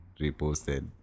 reposted